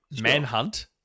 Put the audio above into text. Manhunt